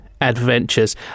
adventures